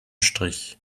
strich